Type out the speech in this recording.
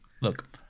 Look